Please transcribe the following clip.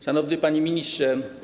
Szanowny Panie Ministrze!